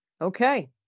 Okay